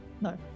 no